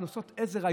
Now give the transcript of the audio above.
קנסות עזר,